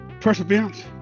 perseverance